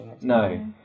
No